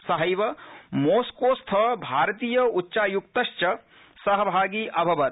सहैव मोस्कोस्थ भारतीय उच्चायुक्तश्च सहभागी अभवत्